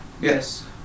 Yes